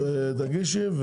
לא הרישיון,